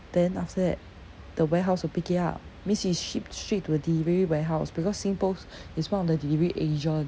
then after that the warehouse will pick it up means it's shipped straight to the delivery warehouse because singpost is one of the delivery agent